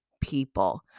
people